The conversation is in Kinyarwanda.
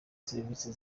serivise